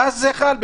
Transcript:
זה חל.